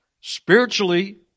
spiritually